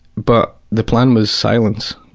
but the plan was silence,